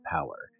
Power